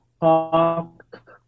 talk